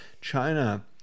China